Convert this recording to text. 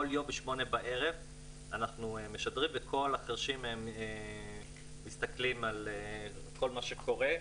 כל יום ב-20:00 אנחנו משדרים וכל החירשים מסתכלים על כל מה שקורה,